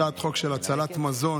הצעת חוק של הצלת מזון.